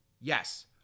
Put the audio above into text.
Yes